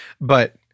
But-